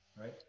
Right